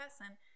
person